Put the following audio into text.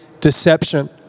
deception